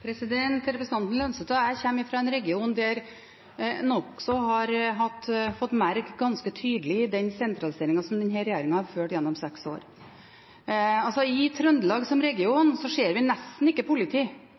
Representanten Holm Lønseth og jeg kommer fra en region der en har fått merke ganske tydelig den sentraliseringen som denne regjeringen har ført gjennom seks år. I Trøndelag som region ser vi nesten ikke politi